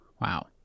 Wow